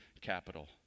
capital